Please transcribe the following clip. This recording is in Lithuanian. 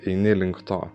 eini link to